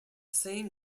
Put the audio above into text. same